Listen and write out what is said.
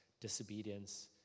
disobedience